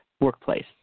workplace